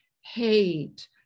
hate